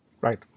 Right